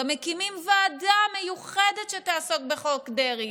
גם מקימים ועדה מיוחדת שתעסוק בחוק דרעי.